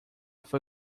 foi